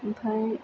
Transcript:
ओमफ्राय